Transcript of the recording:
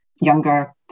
younger